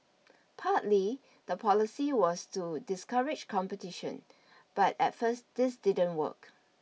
partly the policy was to discourage competition but at first this didn't work